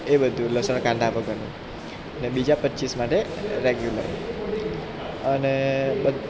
એ બધું લસણ કાંદા વગરનું ને બીજા પચીસ માટે રેગ્યુલર અને